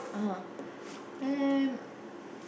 (uh huh) um